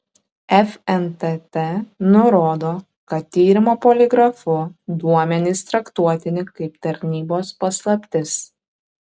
fntt nurodo kad tyrimo poligrafu duomenys traktuotini kaip tarnybos paslaptis